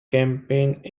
campaign